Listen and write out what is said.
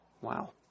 Wow